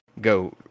go